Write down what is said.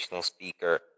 speaker